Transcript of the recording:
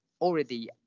already